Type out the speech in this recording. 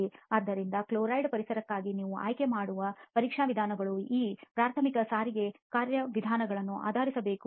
ಆದ್ದರಿಂದ ಕ್ಲೋರೈಡ್ ಪರಿಸರಕ್ಕಾಗಿ ನೀವು ಆಯ್ಕೆ ಮಾಡುವ ಪರೀಕ್ಷಾ ವಿಧಾನಗಳು ಈ ಪ್ರಾಥಮಿಕ ಸಾರಿಗೆ ಕಾರ್ಯವಿಧಾನಗಳನ್ನು ಆಧರಿಸಿರಬೇಕು